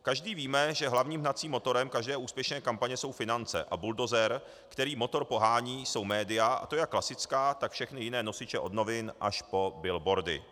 Každý víme, že hlavním hnacím motorem každé úspěšné kampaně jsou finance a buldozer, který motor pohání, jsou média, a to jak klasická, tak všechny jiné nosiče od novin až po billboardy.